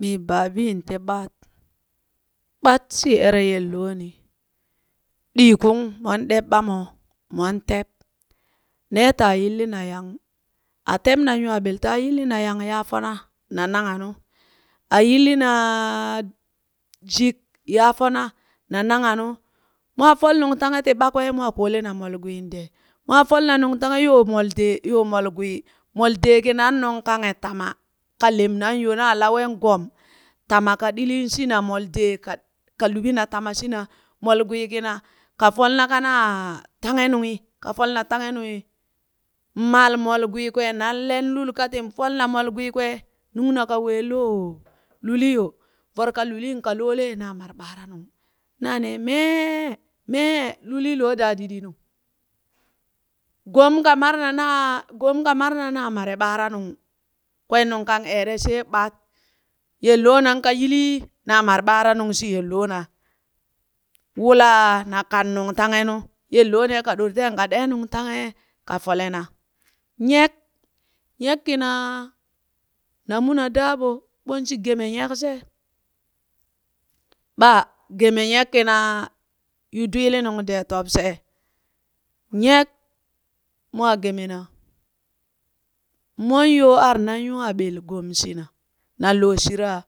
Mii baabin ti ɓat, ɓat shi ere yelooni, ɗii kung mon ɗeb ɓamo, mon teb, nee taa yillina yang a tebnan nywaa bel taa yillina yang ya fona na nangha nu, a yillinaaa jik ya fona na nangha nu, mwaa fol nungtanghe ti ɓakwee mwaa koolena molgwiin dee, mwaa folna nungtanghe yoo moldee yoo molgwii mol dee kinan nung kangha tama ka lemnaŋ yo naa laween go̱m tama ka ɗiliin shina mol dee ka ka lubina tama shina mol gwii kina ka folna kanaa tanghe nunghi ka folna tanghe nunghi mal mol gwii kwee nan len lul katin folna molgwii kwee, nungna ka ween loo lulii yo voro ka luliin ka lolee na mare ɓaaranung, naa nee mee, mee lulii loo daadidiinu gom ka marenaa gom ka marena na mare ɓaaranung kwen nungkan eere she ɓat yelloonan ka yilii na mare ɓaaranung shi yele loona, wulaa na kan nungtanghenu yele loonee ka ɗore ka ɗee nungtahe ka folena. Nyek, nyek kinaa na mu na daaɓo ɓon shi geme nyek she ɓa geme nyek kina u dwiilinung dee tub she, nyek mwaa geme na mon yo ar nan nywaa ɓel gom shina, nanloo shiraa